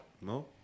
No